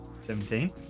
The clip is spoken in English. Seventeen